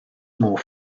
more